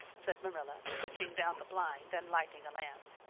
said marilla, twitching down the blind and lighting a lamp.